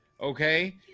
okay